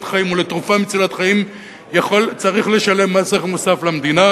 חיים או לתרופה מצילת חיים צריך לשלם מס ערך מוסף למדינה,